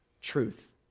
truth